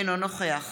אינו נוכח